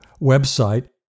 website